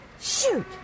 Shoot